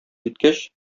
җиткәч